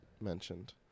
mentioned